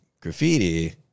graffiti